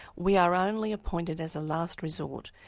we are only appointed as a last resort,